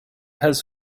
has